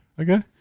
Okay